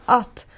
att